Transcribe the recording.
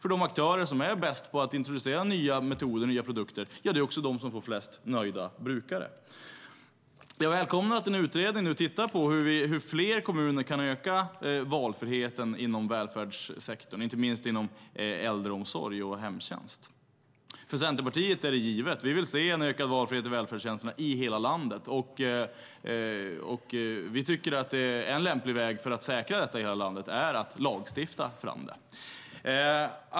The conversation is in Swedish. De aktörer som är bäst på att introducera nya metoder och produkter är också de som får flest nöjda brukare. Jag välkomnar att en utredning nu tittar på hur fler kommuner kan öka valfriheten inom välfärdssektorn, inte minst inom äldreomsorg och hemtjänst. För Centerpartiet är detta givet. Vi vill se en ökad valfrihet i välfärdstjänsterna i hela landet. Vi tycker att en lämplig väg att säkra detta är att lagstifta fram det.